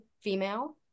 female